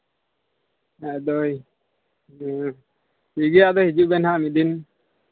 ᱟᱫᱚᱭ ᱦᱮᱸ ᱴᱷᱤᱠ ᱜᱮᱭᱟ ᱦᱤᱡᱩᱜ ᱵᱮᱱ ᱦᱟᱸᱜᱷ ᱢᱤᱫ ᱫᱤᱱ